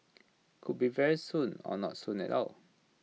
could be very soon or not so soon at all